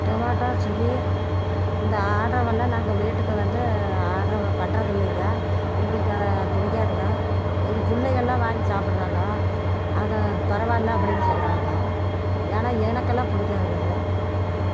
tomato Swiggy இந்த ஆர்டரெல்லாம் நாங்கள் வீட்டுக்கு வந்து ஆர்டர் பண்ணுறதில்லீங்க எங்களுக்கு அதை பிடிக்காதுங்க எங்கள் பிள்ளைகள்லாம் வாங்கி சாப்பிட்றாங்க அதை பரவாயில்ல அப்பிடீன்னு சொல்கிறாங்க ஏன்னா எனக்கெல்லாம் பிடிக்காதுங்க அது